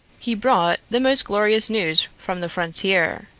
he brought the most glorious news from the frontier.